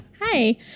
Hi